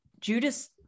Judas